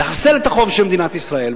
לחסל את החוב של מדינת ישראל,